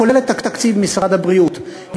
כולל את תקציב משרד הבריאות,